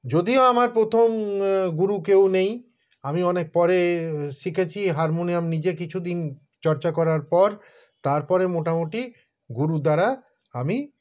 যদিও আমার প্রথম গুরু কেউ নেই আমি অনেক পরে শিখেছি হারমোনিয়াম নিজে কিছুদিন চর্চা করার পর তারপরে মোটামুটি গুরু দ্বারা আমি